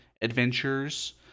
adventures